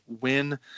Win